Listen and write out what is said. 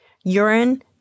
Urine